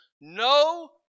no